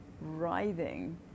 writhing